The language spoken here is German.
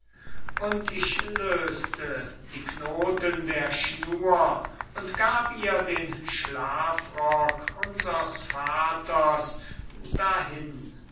und ich löste die knoten der schnur und gab ihr den schlafrock unsers vaters dahin